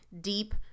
deep